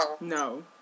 No